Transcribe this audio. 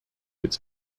its